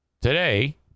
Today